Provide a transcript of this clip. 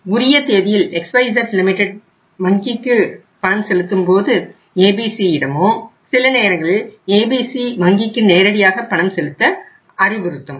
உரிய தேதியில் XYZ limited வங்கிக்கு பணம் செலுத்தும்போது ABCயிடமோ சில நேரங்களில் ABC வங்கிக்கு நேரடியாகவோ பணம் செலுத்த அறிவுறுத்தும்